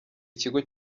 ikigo